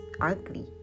ugly